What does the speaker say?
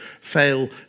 fail